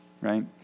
right